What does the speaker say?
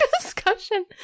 discussion